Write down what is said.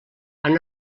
han